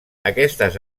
aquestes